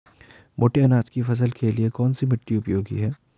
मोटे अनाज की फसल के लिए कौन सी मिट्टी उपयोगी है?